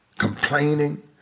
Complaining